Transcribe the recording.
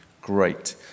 Great